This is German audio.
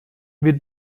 wir